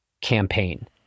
campaign